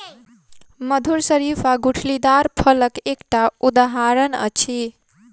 मधुर शरीफा गुठलीदार फलक एकटा उदहारण अछि